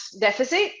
deficit